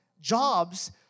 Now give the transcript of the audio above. jobs